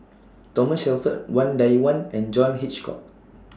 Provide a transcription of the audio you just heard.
Thomas Shelford Wang Dayuan and John Hitchcock